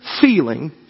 feeling